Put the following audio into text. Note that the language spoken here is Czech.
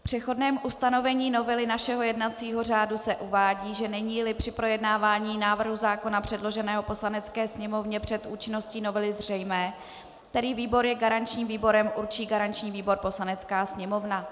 V přechodném ustanovení novely našeho jednacího řádu se uvádí, že neníli při projednávání návrhu zákona předloženého Poslanecké sněmovně před účinností novely zřejmé, který výbor je garančním výborem, určí garanční výbor Poslanecká sněmovna.